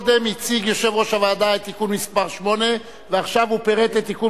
הציג יושב-ראש הוועדה את תיקון מס' 8 ועכשיו הוא פירט את תיקון